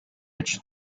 rich